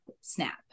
snap